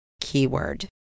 Keyword